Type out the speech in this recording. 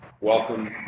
Welcome